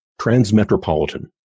Transmetropolitan